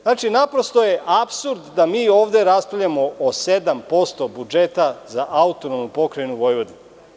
Znači, naprosto je apsurd da mi ovde raspravljamo o 7% budžeta za AP Vojvodinu.